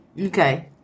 Okay